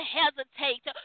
hesitate